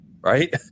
right